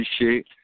appreciate